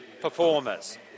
performers